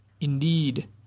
indeed